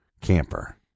camper